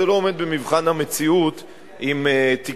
זה לא עומד במבחן המציאות עם תקני